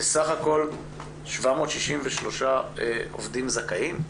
בסך הכל 763 עובדים זכאים?